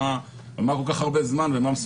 למה זה לוקח כל כך הרבה זמן ולמה זה